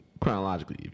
chronologically